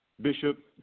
Bishop